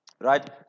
right